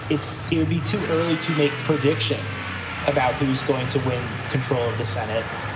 it's it'll be too early to make predictions about who's going to win control of the senate,